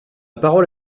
parole